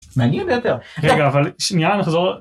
רגע, אבל שנייה נחזור.